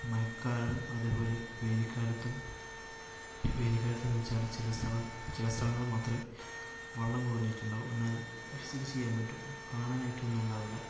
മഴക്കാലം അതുപോലെ വേനൽ കാലത്തും വേനൽ കാലത്ത് എന്ന് വെച്ചാൽ ചില സ്ഥല് ചില സ്ഥലങ്ങള് മാത്രമെ വള്ളം കുറഞ്ഞിട്ടുണ്ടാകും എന്നാലും വിസിറ്റ് ചെയ്യാൻ പറ്റും കാണാനായിട്ട് ഒന്നും ഉണ്ടാവില്ല